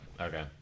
Okay